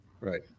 Right